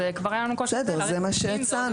ולהאריך ל-90 זה עוד יותר קשה.